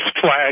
flag